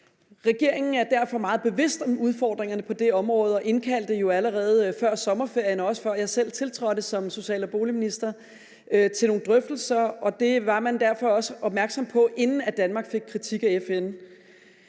Regeringen er derfor meget bevidst om udfordringerne på det område og indkaldte jo allerede før sommerferien, og også før jeg selv tiltrådte som social- og boligminister, til nogle drøftelser. Så man var også opmærksom på det, inden Danmark fik kritik af FN.